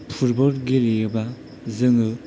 football गेलेयोबा जोङो